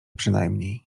przynajmniej